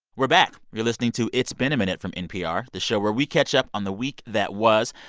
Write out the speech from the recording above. we're back. you're listening to it's been a minute from npr, the show where we catch up on the week that was.